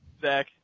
Zach